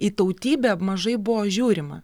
į tautybę mažai buvo žiūrima